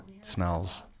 Smells